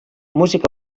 músic